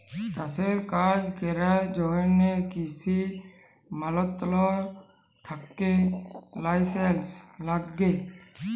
চাষের কাজ ক্যরার জ্যনহে কিসি মলত্রলালয় থ্যাকে লাইসেলস ল্যাগে